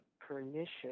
pernicious